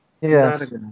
Yes